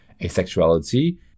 asexuality